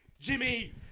Jimmy